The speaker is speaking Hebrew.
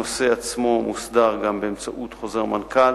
הנושא עצמו מוסדר גם באמצעות חוזר מנכ"ל.